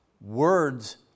words